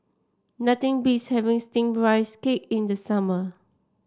nothing beats having steamed Rice Cake in the summer